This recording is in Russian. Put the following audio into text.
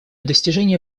достижения